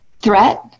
threat